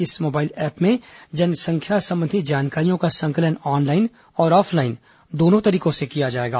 इस mobile app में जनसंख्या संबंधी जानकारियों का संकलन ऑनलाइन और ऑफलाइन दोनों तरीकों से किया जाएगा